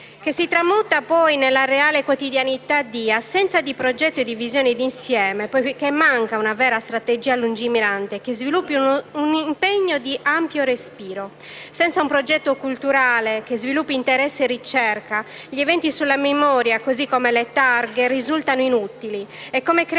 che si tramuta, nella reale quotidianità, in un'assenza di progetto e di visione d'insieme poiché manca una strategia lungimirante che sviluppi un impegno di ampio respiro nazionale. Senza un progetto culturale, che sviluppi interesse e ricerca, gli eventi sulla memoria, così come le targhe, risultano inutili. È come creare